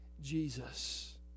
Jesus